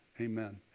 Amen